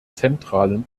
zentralen